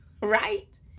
right